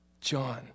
John